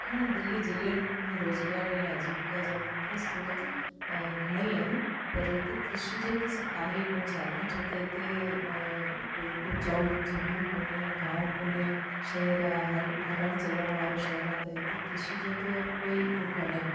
ॾखण दिल्ली जिले में रोज़गार या आजीविका जा मुख्य श्रोत घणेई आहिनि पर हिते कृषी जो त आहे ई कोन्ह साधन छो त हिते अ को कोई उपजाऊ ज़मीन कोन्हे गांव कोन्हे शहर आहे हल हलण चलण वारो शहर आहे त हिते कृषी जो त कोई हूअ कोन्हे